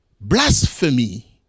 blasphemy